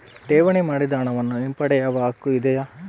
ಠೇವಣಿ ಮಾಡಿದ ಹಣವನ್ನು ಹಿಂಪಡೆಯವ ಹಕ್ಕು ಇದೆಯಾ?